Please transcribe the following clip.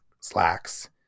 slacks